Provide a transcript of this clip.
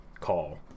call